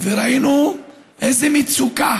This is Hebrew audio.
ראינו איזו מצוקה